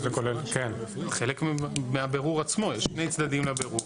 זה חלק מהבירור עצמו, יש שני צדדים לבירור.